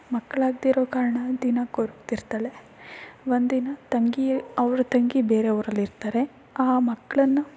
ಮಕ್ಕಳಾಗ್ದಿರೋ ಕಾರಣ ದಿನಾ ಕೊರಗ್ತಿರ್ತಾಳೆ ಒಂದು ದಿನ ತಂಗಿ ಅವರ ತಂಗಿ ಬೇರೆ ಊರಲ್ಲಿ ಇರ್ತಾರೆ ಆ ಮಕ್ಕಳನ್ನ